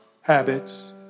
habits